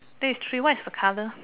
there is tree what is the colour